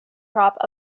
crop